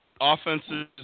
offenses